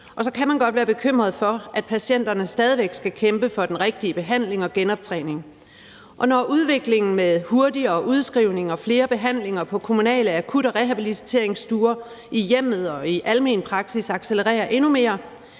og så kan man godt være bekymret for, at patienterne stadig væk skal kæmpe for den rigtige behandling og genoptræning. Og når udviklingen med hurtigere udskrivning og flere behandlinger på kommunale akut- og rehabiliteringsstuer i hjemmet og i almen praksis accelererer endnu mere,